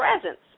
presence